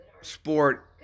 sport